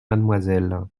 mademoiselle